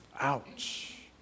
Ouch